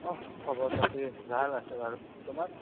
অহ খবৰপাতি ভাল আছে বাৰু তোমাৰ